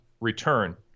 return